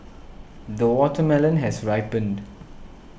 the watermelon has ripened